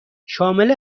شامل